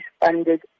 funded